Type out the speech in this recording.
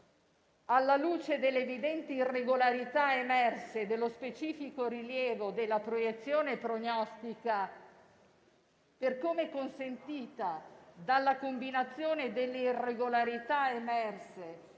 «alla luce delle evidenti irregolarità emerse e dello specifico rilievo della proiezione prognostica, per come consentita dalla combinazione delle irregolarità emerse